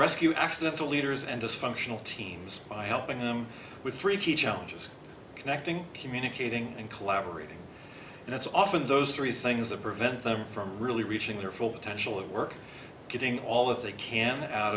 rescue accidental leaders and dysfunctional teams by helping them with three key challenges connecting communicating and collaborating and it's often those three things that prevent them from really reaching their full potential at work getting all that they can out